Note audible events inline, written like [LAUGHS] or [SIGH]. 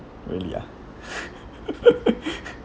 really ah [LAUGHS]